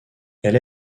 elle